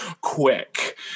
Quick